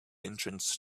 entrance